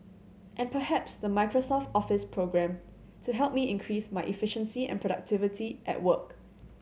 and perhaps the Microsoft Office programme to help me increase my efficiency and productivity at work